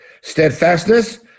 Steadfastness